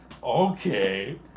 Okay